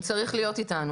הוא צריך להיות איתנו.